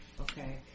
okay